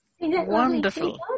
Wonderful